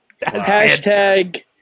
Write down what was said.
Hashtag